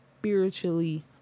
spiritually